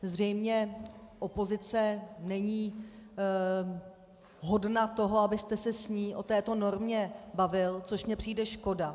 Zřejmě opozice není hodna toho, abyste se s ní o této normě bavil, což mně přijde škoda.